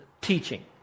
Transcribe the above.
teaching